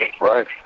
Right